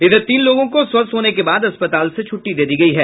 इधर तीन लोगों को स्वस्थ होने के बाद अस्पताल से छूट्टी दे दी गयी है